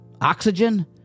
oxygen